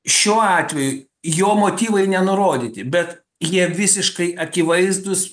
šiuo atveju jo motyvai nenurodyti bet jie visiškai akivaizdūs